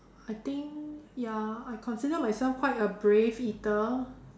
I think ya I consider myself quite a brave eater